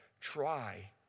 try